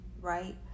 right